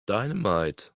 dynamite